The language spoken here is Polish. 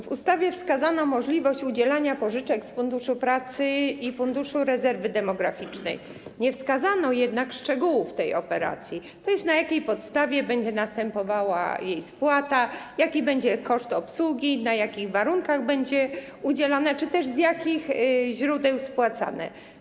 W ustawie wskazano możliwość udzielania pożyczek z Funduszu Pracy i Funduszu Rezerwy Demograficznej, nie wskazano jednak szczegółów tej operacji, tj. na jakiej podstawie będzie następowała spłata takiej pożyczki, jaki będzie koszt jej obsługi, na jakich warunkach będzie udzielana czy też z jakich źródeł spłacana.